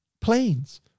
planes